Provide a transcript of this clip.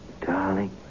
Darling